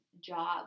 job